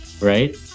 right